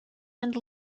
and